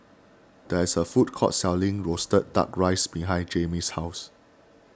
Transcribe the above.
there is a food court selling Roasted Duck Rice behind Jaimie's house